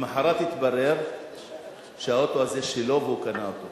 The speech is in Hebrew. למחרת התברר שהאוטו הזה שלו, והוא קנה אותו.